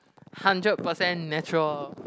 hundred percent natural